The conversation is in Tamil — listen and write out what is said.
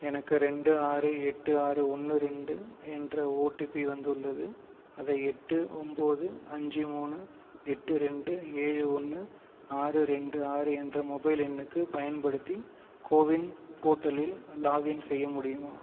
எனக்கு ரெண்டு ஆறு எட்டு ஆறு ஒன்று ரெண்டு என்ற ஓடிபி வந்துள்ளது அதை எட்டு ஒம்பது அஞ்சு மூணு எட்டு ரெண்டு ஏழு ஒன்று ஆறு ரெண்டு ஆறு என்ற மொபைல் எண்ணுக்கு பயன்படுத்தி கோவின் போர்ட்டலில் லாகின் செய்ய முடியுமா